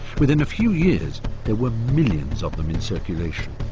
within a few years there were millions of them in circulation.